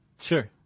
Sure